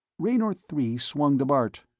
raynor three swung to bart.